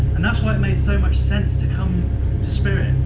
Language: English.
and that's why it made so much sense to come to spirit.